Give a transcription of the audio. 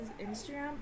Instagram